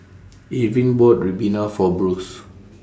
Irvin bought Ribena For Bruce